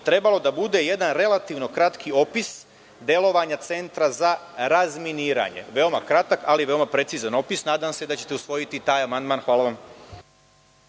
trebalo da bude jedan relativno kratki opis delovanja Centra za razminiranje. Veoma kratak ali veoma precizan opis. Nadam se da ćete usvojiti i taj amandman. Hvala vam.